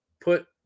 put